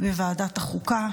בוועדת החוקה.